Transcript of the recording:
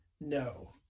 no